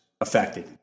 affected